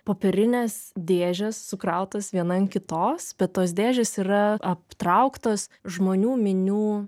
popierinės dėžės sukrautos viena ant kitos bet tos dėžės yra aptrauktos žmonių minių